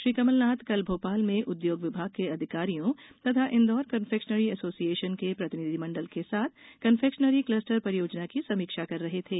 श्री कमल नाथ कल भोपाल में उदयोग विभाग के अधिकारियों तथा इन्दौर कन्फेक्शनेरी एसोसिएशन के प्रतिनिधि मंडल के साथ कन्फेक्शनेरी क्लस्टर परियोजना की समीक्षा कर रहे थे